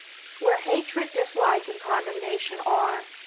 where hatred, dislike, and condemnation are,